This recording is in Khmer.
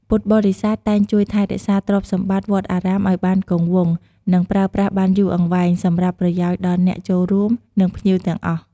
ការរៀបចំកន្លែងសម្រាក សម្រាប់ភ្ញៀវដែលមកពីឆ្ងាយខ្លាំង និងត្រូវស្នាក់នៅមួយយប់ ឬច្រើនថ្ងៃ ពុទ្ធបរិស័ទតែងជួយរៀបចំកន្លែងសម្រាកបណ្ដោះអាសន្ននៅក្នុងបរិវេណវត្ត ឬសាលាឆាន់។